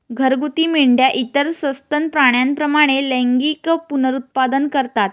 घरगुती मेंढ्या इतर सस्तन प्राण्यांप्रमाणे लैंगिक पुनरुत्पादन करतात